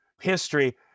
history